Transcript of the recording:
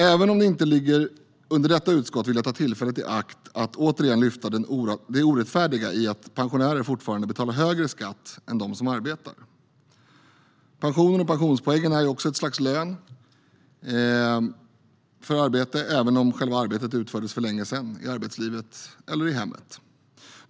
Även om det inte ligger under detta utskott vill jag ta tillfället i akt att återigen lyfta fram det orättfärdiga i att pensionärer fortfarande betalar högre skatt än de som arbetar. Pensionen och pensionspoängen är ju också ett slags lön för arbete, även om själva arbetet utfördes för länge sedan, i arbetslivet eller i hemmet.